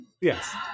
Yes